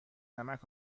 نمک